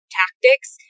tactics